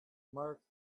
marked